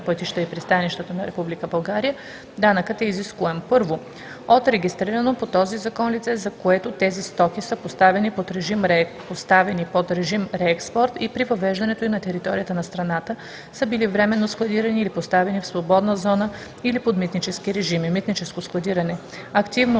пътища и пристанищата на Република България, данъкът е изискуем: 1. от регистрирано по този закон лице, за което тези стоки са поставени под режим реекспорт и при въвеждането им на територията на страната са били временно складирани или поставени в свободна зона или под митнически режими – митническо складиране, активно